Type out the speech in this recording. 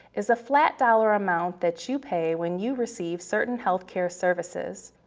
is a flat dollar amount that you pay when you receive certain healthcare services.